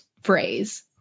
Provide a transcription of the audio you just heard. phrase